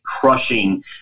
crushing